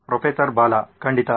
professor Bala ಖಂಡಿತ